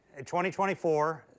2024